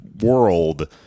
world